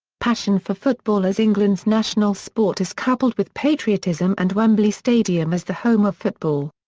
passion for football as england's national sport is coupled with patriotism and wembley stadium as the home of football.